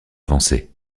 avancée